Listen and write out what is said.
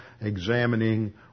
examining